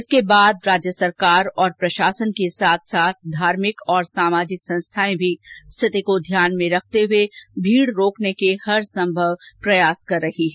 इसके बाद राज्य सरकार और प्रशासन के साथ साथ धार्मिक और सामाजिक संस्थाएं भी स्थिति को ध्यान में रखते हुए भीड़ रोकने के लिए हर संभव प्रयास कर रही है